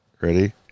Ready